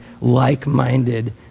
like-minded